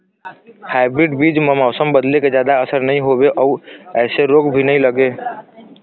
hybrid बीज म मौसम बदले के जादा असर नई होवे अऊ ऐमें रोग भी नई लगे